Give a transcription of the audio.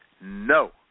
No